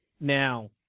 Now